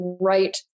right